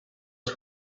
ens